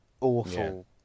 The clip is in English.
awful